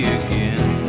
again